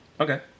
Okay